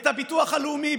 את הביטוח הלאומי,